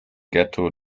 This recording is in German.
ghetto